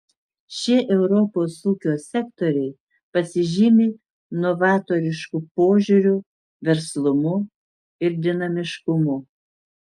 šie europos ūkio sektoriai pasižymi novatorišku požiūriu verslumu ir dinamiškumu